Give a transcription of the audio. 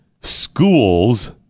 school's